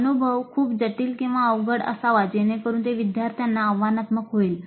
अनुभव खूप जटिल किंवा अवघड असावा जेणेकरुन ते विद्यार्थ्यांना आव्हानात्मक होईल